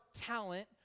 talent